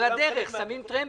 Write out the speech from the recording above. על הדרך שמים טרמפים.